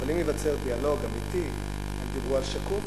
אבל אם ייווצר דיאלוג אמיתי, הם דיברו על שקוף.